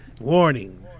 Warning